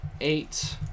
eight